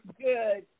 good